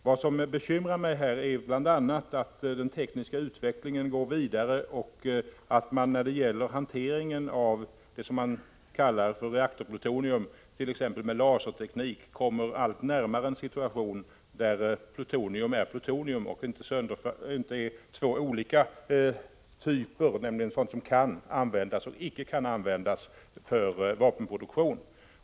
Vad som bekymrar mig är bl.a. att den tekniska utvecklingen går vidare och att man t.ex. med hjälp av laserteknik kommer allt närmare en situation där reaktorplutonium inte kan delas upp i två olika typer, nämligen sådant som kan resp. sådant som icke kan användas för vapenproduktion.